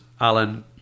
Alan